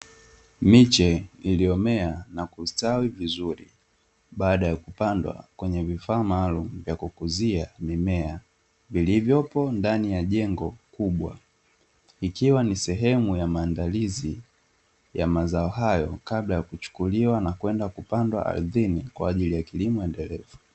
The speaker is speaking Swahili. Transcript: Miche iloyomea na kustawi vizuri baada ya kupandwa kwenye vifaa maalumu vya kukuzia mimea vilivyopo ndani ya jengo kubwa, ikiwa ni sehemu ya maandalizi ya mazao hayo kabla ya kuchukuliwa na kupandwa ardhini kwajili ya kilimo endelevu.